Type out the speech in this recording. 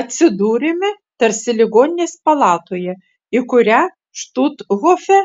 atsidūrėme tarsi ligoninės palatoje į kurią štuthofe